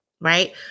right